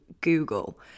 Google